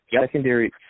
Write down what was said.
secondary